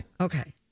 Okay